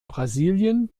brasilien